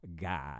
God